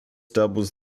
doubles